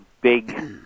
big